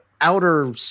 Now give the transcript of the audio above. outer